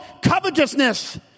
Covetousness